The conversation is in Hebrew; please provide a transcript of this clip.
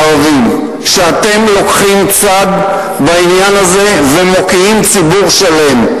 שאתם לוקחים צד בעניין הזה ומוקיעים ציבור שלם.